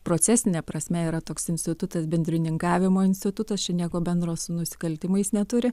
procesine prasme yra toks institutas bendrininkavimo institutas čia nieko bendro su nusikaltimais neturi